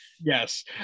Yes